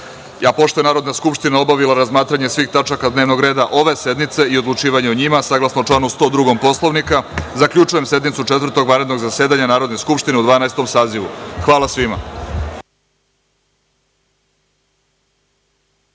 red. Pošto je Narodna skupština obavila razmatranje svih tačaka dnevnog reda ove sednice i odlučivanje o njima, saglasno članu 102. Poslovnika, zaključujem sednicu Četvrtog vanrednog zasedanja Narodne skupštine u Dvanaestom sazivu. Hvala svima.